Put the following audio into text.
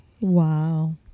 Wow